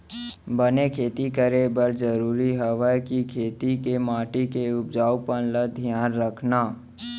बने खेती करे बर जरूरी हवय कि खेत के माटी के उपजाऊपन ल धियान रखना